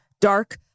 dark